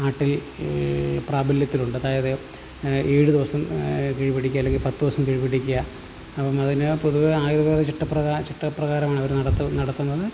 നാട്ടിൽ പ്രാബല്യത്തിലുണ്ട് അതായത് ഏഴ് ദിവസം കിഴി പിടിക്കുക അല്ലെങ്കിൽ പത്ത് ദിവസം കിഴി പിടിക്കുക അപ്പം അതിന് പൊതുവെ ആയുർവേദ ചിട്ട പ്രകാര ചിട്ട പ്രകാരം അവരു നടത്തുന്ന നടത്തുന്നത്